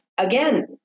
Again